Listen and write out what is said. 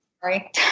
Sorry